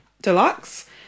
deluxe